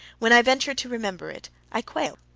when i venture to remember it, i quail!